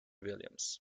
williams